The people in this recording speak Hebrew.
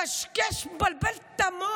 כנראה לא ב-8200 ולא